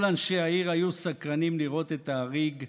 כל אנשי העיר היו סקרנים לראות את האריג,